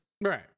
Right